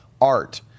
art